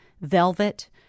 velvet